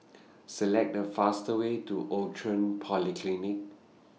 Select The fastest Way to Outram Polyclinic